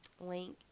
link